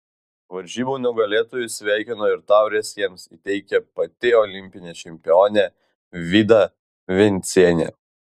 varžybų nugalėtojus sveikino ir taures jiems įteikė pati olimpinė čempionė vida vencienė